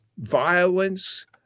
violence